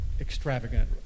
extravagant